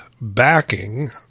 backing